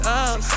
up